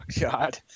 God